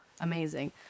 amazing